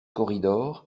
corridor